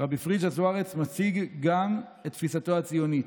רבי פריג'א זוארץ מציג גם את תפיסתו הציונית: